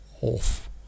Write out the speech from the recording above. Off